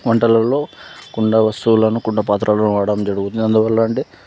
వంటలలో కుండ వస్తువులను కుండ పాత్రలను పాత్రలను వాడడం జరుగుతుంది అందువల్ల అంటే